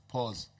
Pause